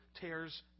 tears